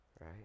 right